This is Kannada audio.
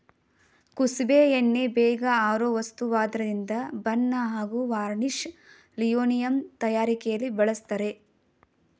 ಕುಸುಬೆ ಎಣ್ಣೆ ಬೇಗ ಆರೋ ವಸ್ತುವಾದ್ರಿಂದ ಬಣ್ಣ ಹಾಗೂ ವಾರ್ನಿಷ್ ಲಿನೋಲಿಯಂ ತಯಾರಿಕೆಲಿ ಬಳಸ್ತರೆ